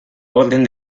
orden